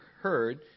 heard